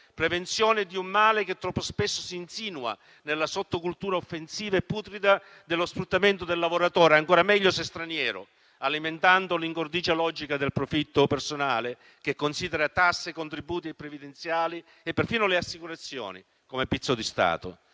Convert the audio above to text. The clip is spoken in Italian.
prevenzione di un male che troppo spesso si insinua nella sottocultura offensiva e putrida dello sfruttamento del lavoratore, ancora meglio se straniero, alimentando l'ingordigia logica del profitto personale che considera tasse, contributi previdenziali e persino le assicurazioni come pizzo di Stato.